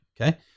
Okay